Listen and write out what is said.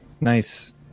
Nice